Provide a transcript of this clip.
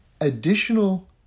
additional